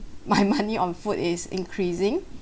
my money on food is increasing